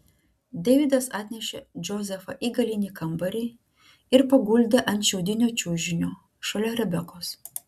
deividas atnešė džozefą į galinį kambarį ir paguldė ant šiaudinio čiužinio šalia rebekos